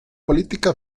política